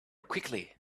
quickly